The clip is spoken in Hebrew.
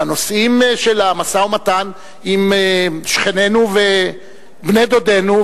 בנושאים של משא-ומתן עם שכנינו ובני-דודנו,